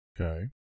Okay